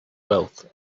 wealth